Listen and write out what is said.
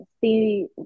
see